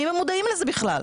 האם הן מודעות לזה בכלל?